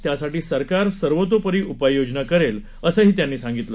त्यासाठी सरकार सर्वतोपरी उपाययोजना करेल असं त्यांनी सांगितलं